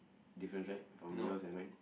difference right from yours and mine